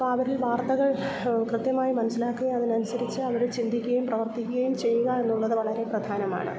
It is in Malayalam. അപ്പം അവരിൽ വാർത്തകൾ കൃത്യമായി മനസ്സിലാക്കുക അതിനനുസരിച്ച് അവർ ചിന്തിക്കുകയും പ്രവർത്തിക്കുകയും ചെയ്യുക എന്നുള്ളത് വളരെ പ്രധാനമാണ്